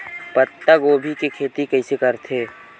पत्तागोभी के खेती कइसे करथे?